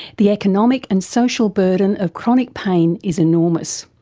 the economic and social burden of chronic pain is enormous.